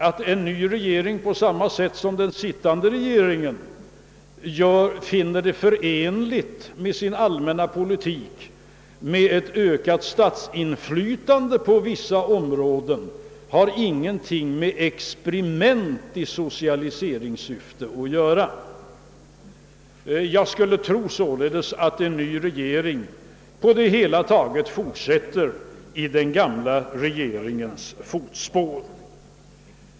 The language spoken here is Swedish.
Att en ny regering på samma sätt som den sittande regeringen finner det förenligt med sin allmänna politik att ha ett ökat statsinflytande på vissa områden har ingenting med experiment i socialiseringssyfte att göra. Jag skulle således tro att en ny regering på det hela taget fortsätter i den gamla regeringens fotspår.